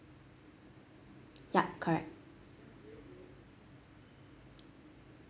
yup correct